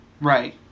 Right